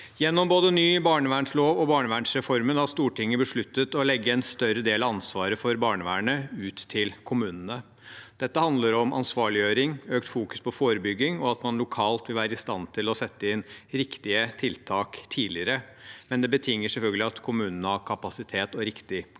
Gjennom både ny barnevernslov og barnevernsreformen har Stortinget besluttet å legge en større del av ansvaret for barnevernet ut til kommunene. Dette handler om ansvarliggjøring, økt fokusering på forebygging, og at man lokalt vil være i stand til å sette inn riktige tiltak tidligere, men det betinger selvfølgelig at kommunene har kapasitet og riktig kompetanse.